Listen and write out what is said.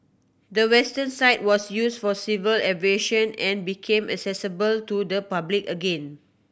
the western side was used for civil aviation and became accessible to the public again